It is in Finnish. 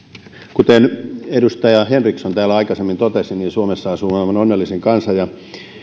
kuten edustaja henriksson täällä aikaisemmin totesi suomessa asuu maailman onnellisin kansa ja